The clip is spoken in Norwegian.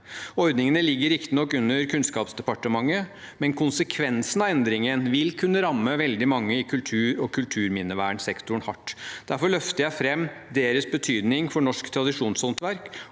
Ordningen ligger riktignok under Kunnskapsdepartementet, men konsekvensene av endringen vil kunne ramme veldig mange i kultur- og kulturminnevernsektoren hardt. Derfor løfter jeg fram deres betydning for norsk tradisjonshåndverk